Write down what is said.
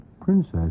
Princess